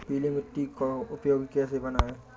पीली मिट्टी को उपयोगी कैसे बनाएँ?